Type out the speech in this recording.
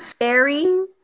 airy